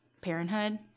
Parenthood